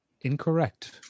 Incorrect